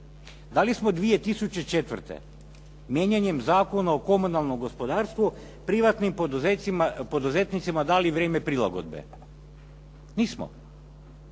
Da li smo 2004. mijenjanjem Zakona o komunalnom gospodarstvu privatnim poduzetnicima dali vrijeme prilagodbe? Nismo.